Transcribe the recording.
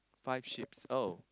five sheeps oh